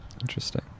Interesting